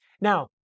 Now